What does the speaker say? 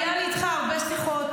היו לי איתך הרבה שיחות,